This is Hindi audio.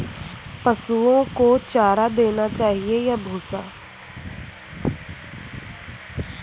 पशुओं को चारा देना चाहिए या भूसा?